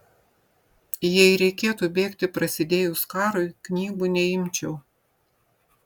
jei reikėtų bėgti prasidėjus karui knygų neimčiau